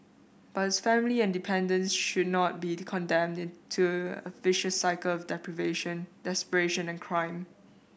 but his family and dependants should not be condemned to a vicious cycle of deprivation desperation and crime